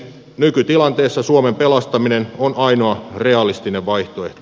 nykytilanteessa suomen pelastaminen on ainoa realistinen vaihtoehto